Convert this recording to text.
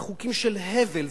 זה חוקים של הבל,